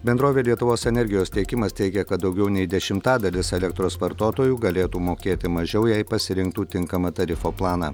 bendrovė lietuvos energijos tiekimas teigia kad daugiau nei dešimtadalis elektros vartotojų galėtų mokėti mažiau jei pasirinktų tinkamą tarifo planą